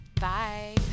Bye